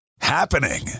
Happening